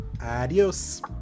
Adios